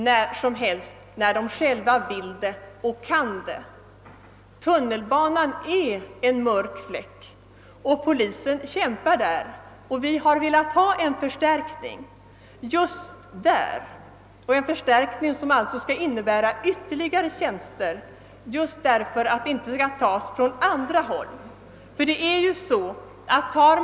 Förhållandena vid tunnelbanan är en mörk fläck. Polisen kämpar, och vi har velat ha en förstärkning just där. Denna förstärk ning skulle innebära ytterligare tjänster, eftersom andra områden inte får försvagas.